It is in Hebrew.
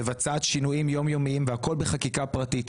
מבצעת שינויים יום-יומיים והכול בחקיקה פרטית,